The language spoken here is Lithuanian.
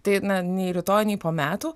tai na nei rytoj nei po metų